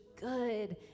good